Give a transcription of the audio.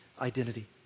identity